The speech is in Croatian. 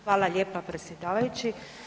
Hvala lijepa predsjedavajući.